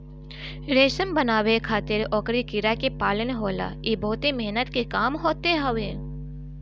रेशम बनावे खातिर ओकरी कीड़ा के पालन होला इ बहुते मेहनत के काम होत हवे